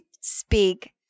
speak